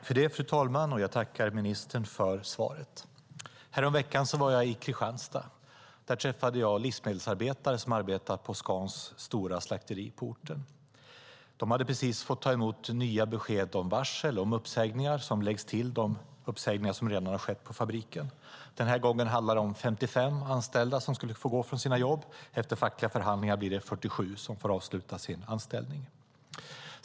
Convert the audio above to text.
Fru talman! Jag tackar ministern för svaret. Häromveckan var jag i Kristianstad. Där träffade jag livsmedelsarbetare som arbetar på Scans stora slakteri på orten. De hade precis fått ta emot det nya beskedet om varsel om uppsägningar som läggs till de uppsägningar som redan har skett på fabriken. Den här gången handlade det om 55 anställda som skulle få gå från sina jobb. Efter fackliga förhandlingar blir det 47 som får avsluta sin anställning.